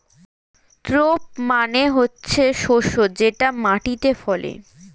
crop মানে হচ্ছে শস্য যেটা মাটিতে ফলে